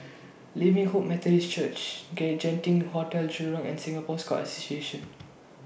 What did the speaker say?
Living Hope Methodist Church Genting Hotel Jurong and Singapore Scout Association